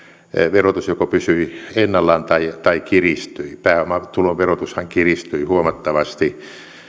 verotus joko pysyi ennallaan tai tai kiristyi pääomatulon verotushan kiristyi huomattavasti